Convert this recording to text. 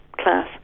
class